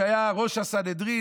שהיה ראש הסנהדרין,